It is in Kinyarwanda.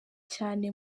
cyane